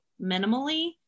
minimally